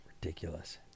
Ridiculous